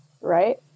right